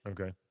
Okay